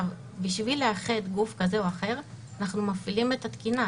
בשביל לאחד גוף כזה או אחר אנחנו מפעילים את התקינה.